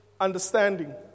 understanding